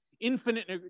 infinite